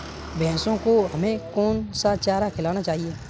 भैंसों को हमें कौन सा चारा खिलाना चाहिए?